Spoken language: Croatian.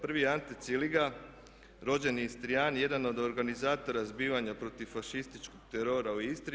Prvi je Ante Ciliga rođeni Istrijan, jedan od organizatora zbivanja protiv fašističkog terora u Istri.